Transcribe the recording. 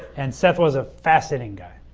and seth was a fascinating guy.